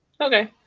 Okay